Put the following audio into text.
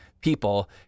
people